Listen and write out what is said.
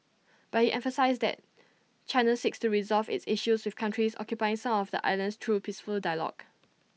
but he emphasised that China seeks to resolve its issues with countries occupying some of the islands through peaceful dialogue